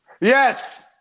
Yes